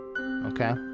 okay